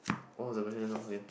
what was the question just now again